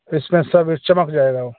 इसमें सब यह चमक जाएगा वह